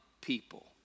people